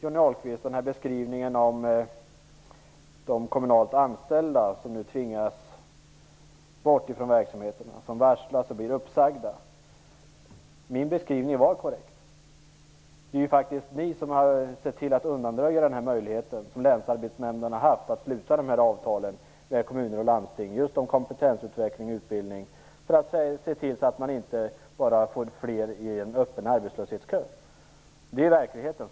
Min beskrivning av de kommunalt anställda som nu tvingas bort ifrån verksamheterna, som varslas och blir uppsagda, var korrekt. Det är ju faktiskt ni som har sett till att undanröja länsarbetsnämndernas möjlighet att sluta avtal med kommuner och landsting om kompetensutveckling och utbildning, just för att se till att man inte får fler personer i den öppna arbetslöshetskön. Det är verkligheten.